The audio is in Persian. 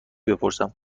بپرسم